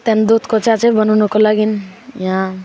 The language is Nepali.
त्यहाँदेखि दुधको चिया चाहिँ बनाउनको लागि यहाँ